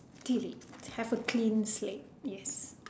delete have a clean slate yes